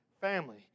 family